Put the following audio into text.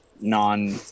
non